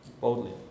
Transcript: Boldly